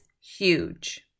huge